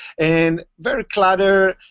and very cluttered,